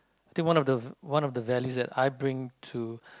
I think one the v~ one of the values that I bring to